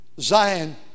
Zion